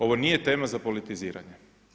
Ovo nije tema za politiziranje.